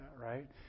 right